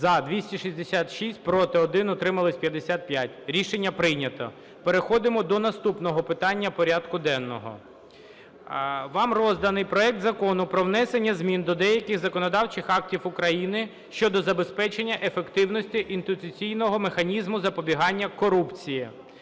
За – 266, проти – 1, утрималось – 55. Рішення прийнято. Переходимо до наступного питання порядку денного. Вам розданий проект Закону про внесення змін до деяких законодавчих актів України щодо забезпечення ефективності інституційного механізму запобігання корупції